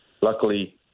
luckily